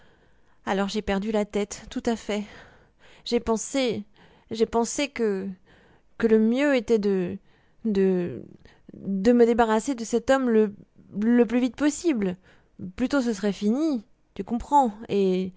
alors j'ai perdu la tête tout à fait j'ai pensé j'ai pensé que que le mieux était de de de me débarrasser de cet homme le le plus vite possible plus tôt ce serait fini tu comprends et